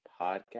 podcast